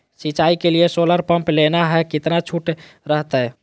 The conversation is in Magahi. सिंचाई के लिए सोलर पंप लेना है कितना छुट रहतैय?